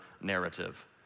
narrative